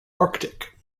arctic